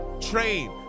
train